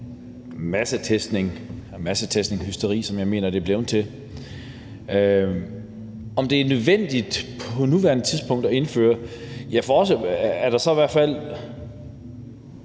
massetestningshysteri, som jeg mener det er blevet til. Er det nødvendigt på nuværende tidspunkt at indføre det? For os er der i hvert fald